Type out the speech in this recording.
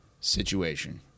situation